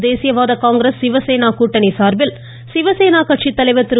காங்கிரஸ் தேசியவாத காங்கிரஸ் சிவசேனா கூட்டணி சார்பில் சிவசேனா கட்சித்தலைவர் திரு